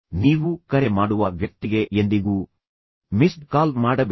ನೀವು ಕರೆ ಮಾಡುವ ವ್ಯಕ್ತಿಗೆ ಎಂದಿಗೂ ಮಿಸ್ಡ್ ಕಾಲ್ ಮಾಡಬೇಡಿ